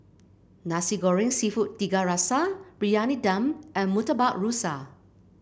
Nasi Goreng seafood Tiga Rasa Briyani Dum and Murtabak Rusa